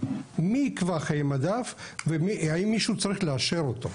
מי יקבע חיי מדף והאם מישהו צריך לאשר אותו?